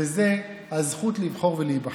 וזה הזכות לבחור ולהיבחר.